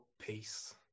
peace